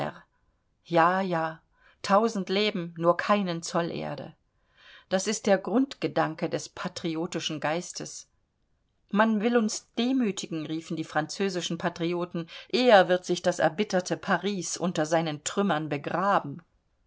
ja ja tausend leben nur keinen zoll erde das ist der grundgedanke des patriotischen geistes man will uns demütigen riefen die französischen patrioten eher wird sich das erbitterte paris unter seinen trümmern begraben